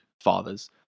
Fathers